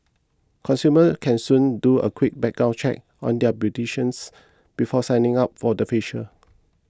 consumers can soon do a quick background check on their beautician before signing up for a facial